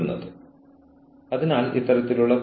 അച്ചടക്കം വിവിധ രൂപങ്ങളിൽ നടപ്പിലാക്കാൻ കഴിയും